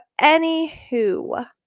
anywho